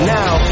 now